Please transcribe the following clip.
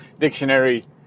Dictionary